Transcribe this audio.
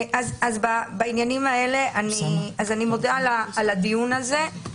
אני מודה על הדיון הזה.